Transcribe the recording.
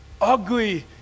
ugly